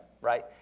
right